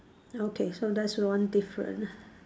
okay so that's one different